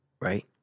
Right